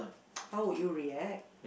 how would you react